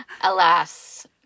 Alas